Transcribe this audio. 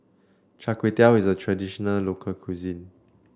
Char Kway Teow is a traditional local cuisine